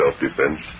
self-defense